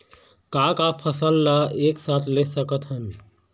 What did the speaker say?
का का फसल ला एक साथ ले सकत हन?